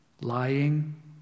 lying